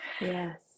yes